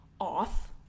off